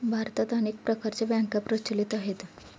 भारतात अनेक प्रकारच्या बँका प्रचलित आहेत